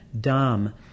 dumb